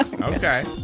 Okay